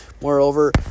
Moreover